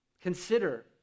consider